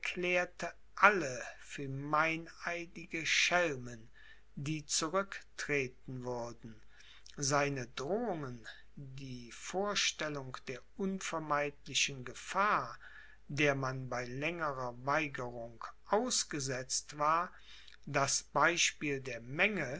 alle für meineidige schelmen die zurücktreten würden seine drohungen die vorstellung der unvermeidlichen gefahr der man bei längerer weigerung ausgesetzt war das beispiel der menge